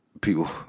people